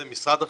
זה משרד החינוך,